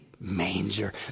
manger